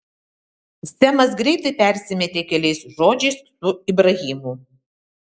semas greitai persimetė keliais žodžiais su ibrahimu